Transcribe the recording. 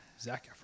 Zach